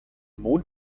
mond